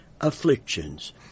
afflictions